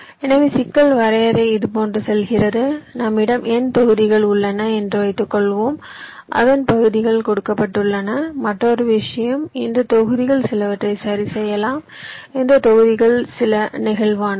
எனவே சிக்கல் வரையறை இதுபோன்று செல்கிறது நம்மிடம் n தொகுதிகள் உள்ளன என்று வைத்துக்கொள்வோம் அதன் பகுதிகள் கொடுக்கப்பட்டுள்ளன மற்றொரு விஷயம் இந்த தொகுதிகள் சிலவற்றை சரிசெய்யலாம் இந்த தொகுதிகள் சில நெகிழ்வானவை